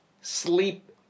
Sleep